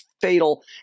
fatal